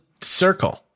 circle